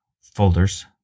folders